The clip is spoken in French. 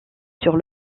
sur